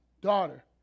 daughter